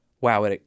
wow